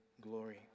glory